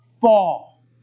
fall